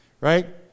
right